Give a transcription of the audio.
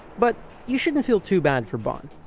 but you shouldn't feel too bad for bonn.